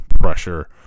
pressure